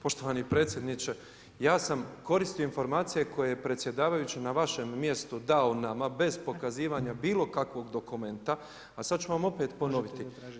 Poštovani predsjedniče, ja sam koristio informacije koje je predsjedavajući na vašem mjestu dao nama bez pokazivanja bilo kakvog dokumenta, a sad ću vam opet ponoviti.